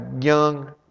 young